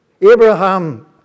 Abraham